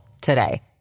today